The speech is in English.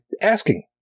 asking